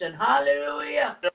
Hallelujah